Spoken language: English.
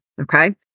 Okay